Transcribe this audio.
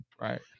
Right